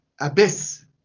abyss